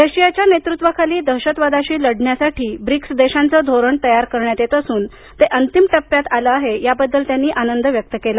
रशियाच्या नेतृत्वाखाली दहशतवादाशी लढण्यासाठी ब्रिक्स देशांचे धोरण तयार करण्यात येत असून ते अंतिम टप्प्यात आले आहे याबद्दल त्यांनी आनंद व्यक्त केला